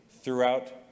throughout